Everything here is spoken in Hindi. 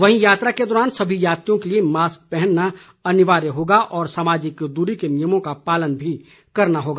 वहीं यात्रा के दौरान सभी यात्रियों के लिए मास्क पहनना अनिवार्य होगा और सामाजिक दूरी के नियमों का पालन करना होगा